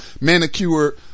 manicure